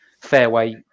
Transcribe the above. fairway